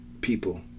people